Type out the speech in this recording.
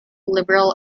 liberal